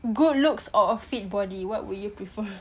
good looks or fit body what would you prefer